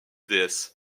déesse